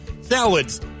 salads